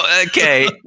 Okay